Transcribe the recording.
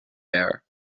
air